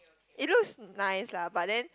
it looks nice lah but then